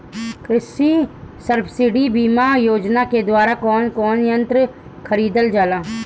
कृषि सब्सिडी बीमा योजना के द्वारा कौन कौन यंत्र खरीदल जाला?